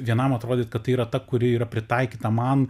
vienam atrodyt kad tai yra ta kuri yra pritaikyta man